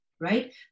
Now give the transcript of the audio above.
right